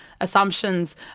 assumptions